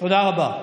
תודה רבה.